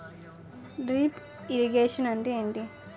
Drip irrigation అంటే ఏమిటి?